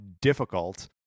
difficult